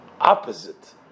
opposite